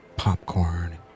popcorn